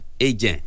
agent